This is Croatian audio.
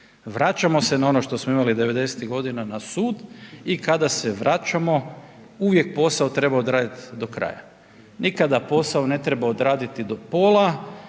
Vraćamo se na ono što smo imali devedesetih godina na sud i kada se vraćamo uvijek posao treba odraditi do kraja, nikada posao ne treba odraditi do pola.